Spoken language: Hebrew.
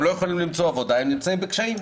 הם לא יכולים למצוא עבודה, הם נמצאים בקשיים.